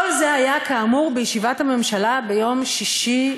כל זה היה כאמור בישיבת הממשלה ביום שישי,